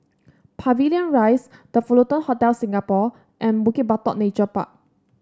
Pavilion Rise The Fullerton Hotel Singapore and Bukit Batok Nature Park